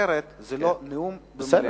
אחרת זה לא נאום במליאה.